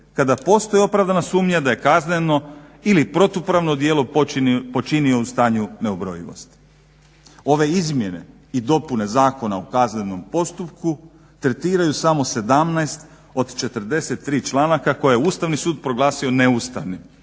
kada postoji opravdana sumnja da je kazneno ili protupravno djelo počinio u stanju neubrojivosti. Ove izmjene i dopune Zakona o kaznenom postupku tretiraju samo 17 od 43 članaka koje je Ustavni sud proglasio neustavnim